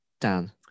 Dan